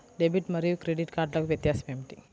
Debit మరియు credit కార్డ్లకు వ్యత్యాసమేమిటీ?